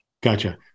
Gotcha